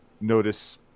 notice